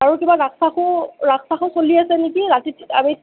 আৰু কিবা ৰাস চাসো ৰাস চাসো চলি আছে নেকি ৰাতি